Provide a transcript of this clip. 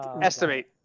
estimate